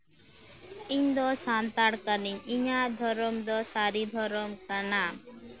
ᱤᱧ ᱫᱚ ᱥᱟᱱᱛᱟᱲ ᱠᱟᱱᱟᱧ ᱤᱧᱟᱹᱜ ᱫᱷᱚᱨᱚᱢ ᱫᱚ ᱥᱟᱹᱨᱤ ᱫᱷᱚᱨᱚᱢ ᱠᱟᱱᱟ